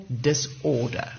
disorder